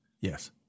Yes